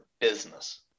business